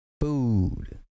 food